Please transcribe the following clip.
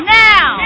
now